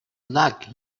luck